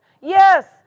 Yes